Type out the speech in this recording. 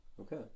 okay